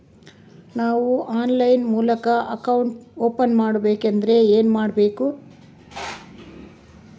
ನಾವು ಆನ್ಲೈನ್ ಮೂಲಕ account open ಮಾಡಬೇಂಕದ್ರ ಏನು ಕೊಡಬೇಕು?